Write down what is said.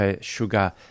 sugar